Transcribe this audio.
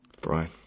Brian